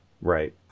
Right